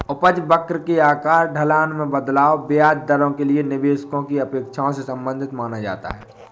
उपज वक्र के आकार, ढलान में बदलाव, ब्याज दरों के लिए निवेशकों की अपेक्षाओं से संबंधित माना जाता है